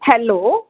hello